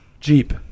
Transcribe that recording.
jeep